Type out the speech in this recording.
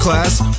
Class